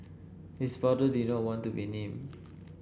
his father did not want to be named